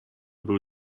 był